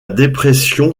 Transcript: dépression